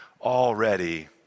already